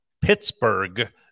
pittsburgh